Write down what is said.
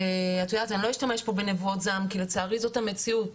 ואני לא אשתמש פה בנבואות זעם כי לצערי זאת המציאות.